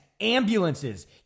ambulances